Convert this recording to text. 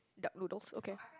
duck noodles okay